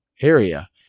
area